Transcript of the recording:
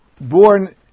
born